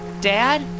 Dad